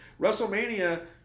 WrestleMania